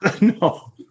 no